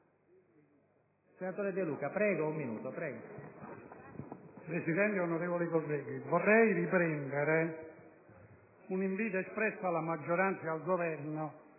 Presidente, onorevoli colleghi, vorrei riprendere un invito rivolto alla maggioranza e al Governo